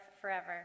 forever